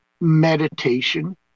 meditation